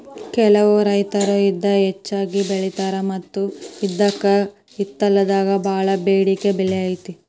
ಕೆಲವು ರೈತರು ಇದ ಹೆಚ್ಚಾಗಿ ಬೆಳಿತಾರ ಮತ್ತ ಇದ್ಕ ಇತ್ತಿತ್ತಲಾಗ ಬಾಳ ಬೆಡಿಕೆ ಬೆಲೆ ಐತಿ